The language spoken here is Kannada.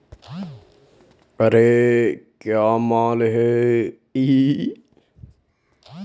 ನಾನು ಬೆಳೆಸಿರುವ ಅಲೋವೆರಾ ಸೋಂಪಾಗಿ ಹೇಗೆ ಬೆಳೆಸಬಹುದು?